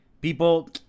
people